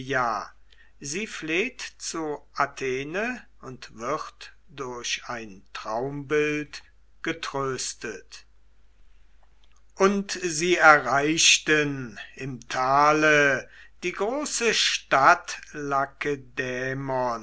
sie fleht zu athene und wird durch ein traumbild getröstet und sie erreichten im tale die große stadt